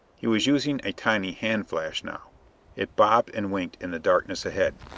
he was using a tiny hand-flash now it bobbed and winked in the darkness ahead,